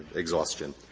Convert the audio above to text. exhaustion.